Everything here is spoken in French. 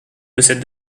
possède